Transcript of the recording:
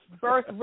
birth